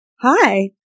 Hi